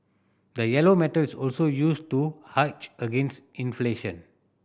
the yellow metal is also used to hedge against inflation